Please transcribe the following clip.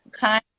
time